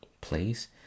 place